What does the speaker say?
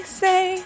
say